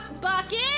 Bucket